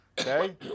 Okay